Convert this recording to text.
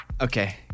Okay